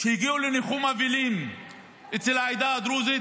שהגיעו לניחום אבלים אצל העדה הדרוזית,